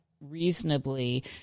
reasonably